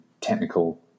technical